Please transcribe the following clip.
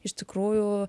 iš tikrųjų